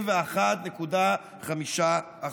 ב-121.5%.